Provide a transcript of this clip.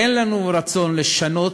אין לנו רצון לשנות